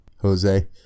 Jose